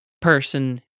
person